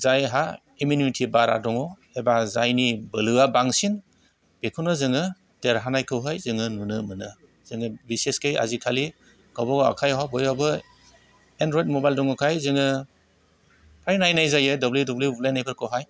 जायहा इमिउनिटि बारा दङ बा जायनि बोलोआ बांसिन बेखौनो जोङो देरहानायखौहाय जोङो नुनो मोनो जोङो बिसेसखे आजिखालि गावबागाव आखायाव बयहाबो एनद्रइड मबाइल दङखाय जोङो फ्राय नायनाय जायो डब्लिउ डब्लिउ इ बुलायनायखौहाय